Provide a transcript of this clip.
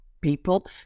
people